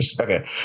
okay